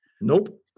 Nope